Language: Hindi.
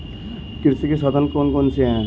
कृषि के साधन कौन कौन से हैं?